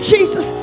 Jesus